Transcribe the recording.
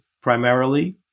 primarily